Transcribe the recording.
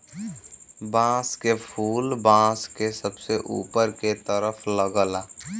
बांस क फुल बांस के सबसे ऊपर के तरफ लगला